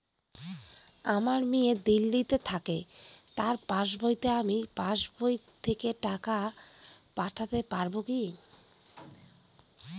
আমার মেয়ে দিল্লীতে থাকে তার পাসবইতে আমি পাসবই থেকে টাকা পাঠাতে পারব কি?